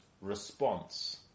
response